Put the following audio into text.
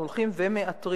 אנחנו הולכים ומאתרים,